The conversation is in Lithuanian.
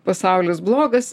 pasaulis blogas